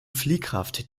fliehkraft